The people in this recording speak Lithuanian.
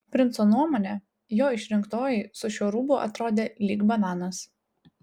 princo nuomone jo išrinktoji su šiuo rūbu atrodė lyg bananas